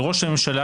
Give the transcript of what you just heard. על ראש הממשלה,